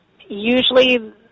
usually